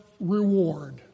reward